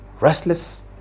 restless